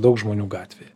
daug žmonių gatvėje